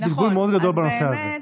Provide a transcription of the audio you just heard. יש בלבול מאוד גדול בנושא הזה.